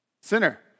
Sinner